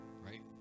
right